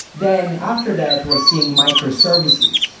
then after that, we're seeing microservices,